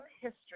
history –